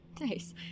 Nice